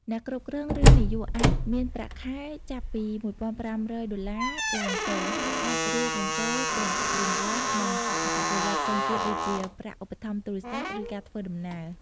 អ្នកគ្រប់គ្រង ឬនាយក អាចមានប្រាក់ខែចាប់ពី $1,500 (USD) ឡើងទៅ ហើយអាចរួមបញ្ចូលទាំងប្រាក់រង្វាន់ និងអត្ថប្រយោជន៍ផ្សេងទៀតដូចជា ប្រាក់ឧបត្ថម្ភទូរស័ព្ទ ឬការធ្វើដំណើរ។